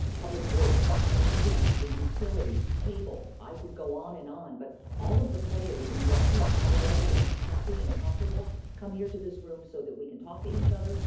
public works, streets, the utilities, cable i could go on and on. but all of the players in what keep our residents happy and comfortable come here to this room so that we can talk to each other,